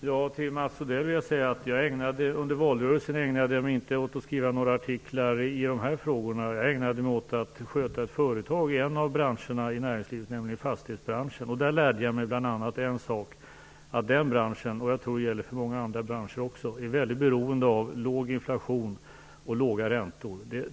Herr talman! Jag vill säga till Mats Odell att jag under valrörelsen inte ägnade mig åt att skriva några artiklar i de här frågorna. Jag ägnade mig åt att sköta ett företag i en av branscherna i näringslivet, nämligen fastighetsbranschen. Där lärde jag mig bl.a. en sak, och det var att den branschen - jag tror att det gäller för många andra branscher också - är väldigt beroende av låg inflation och låga räntor.